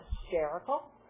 hysterical